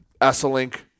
Esselink